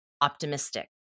optimistic